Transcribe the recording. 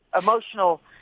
emotional